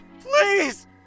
Please